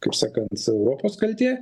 kaip sakant europos kaltė